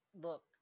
Look